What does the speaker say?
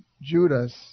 Judas